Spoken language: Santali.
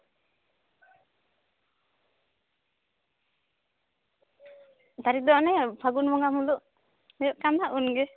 ᱛᱟᱨᱤᱠᱷ ᱫᱚ ᱚᱱᱮ ᱯᱷᱟᱹᱜᱩᱱ ᱵᱚᱸᱜᱟ ᱢᱩᱞᱩᱜ ᱦᱩᱭᱩᱜ ᱠᱟᱱ ᱫᱚ ᱩᱱᱜᱮ